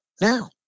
now